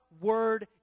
word